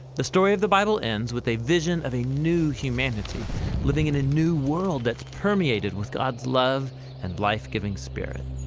the story of the bible ends with a vision of a new humanity living in a new world that's permeated with god's love and life-giving spirit.